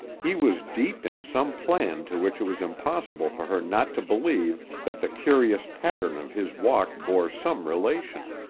he was deep in some plan to which it was impossible for her not to believe that the curious pattern of his walk bore some relation.